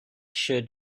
should